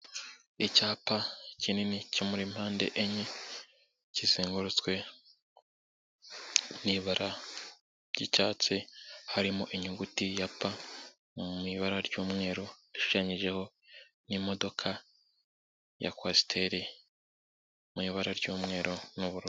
Icyapa kinini cyo muri mpande enye kizengurutswe, n'ibara ry'icyatsi harimo inyuguti ya P mu ibara ry'umweru rishushanyijeho imodoka ya kwasiteri mu ibara ry'umweru n'uburu.